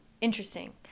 interesting